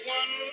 one